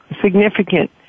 significant